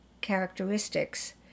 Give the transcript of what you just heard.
characteristics